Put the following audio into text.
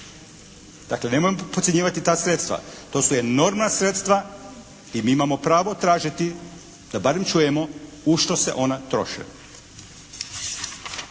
Dakle nemojmo potcijenjivati ta sredstva. To su enormna sredstva i mi imamo pravo tražiti da barem čujemo u što se ona troše.